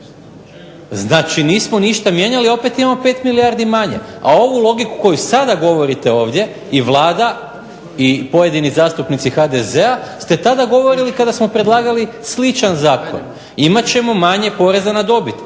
Znači nismo ništa mijenjali, a opet imamo 5 milijardi manje. A ovu logiku koju sada govorite ovdje i Vlada i pojedini zastupnici HDZ-a ste tada govorili kada smo predlagali sličan zakon. Imat ćemo manje poreza na dobit,